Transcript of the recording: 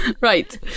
Right